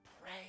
Pray